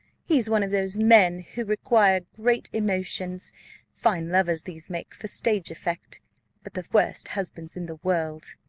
he is one of those men who require great emotions fine lovers these make for stage effect but the worst husbands in the world!